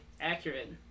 accurate